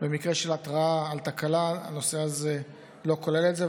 במקרה של התרעה על תקלה הנושא הזה לא כולל את זה,